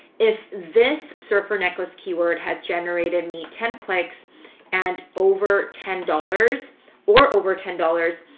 if this surfer necklace keyword had generated me ten clicks and over ten dollars or over ten dollars,